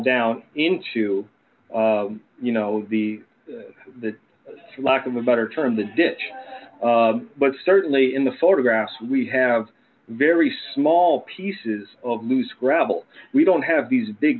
down into you know the lack of a better term the ditch but certainly in the photographs we have very small pieces of loose gravel we don't have these big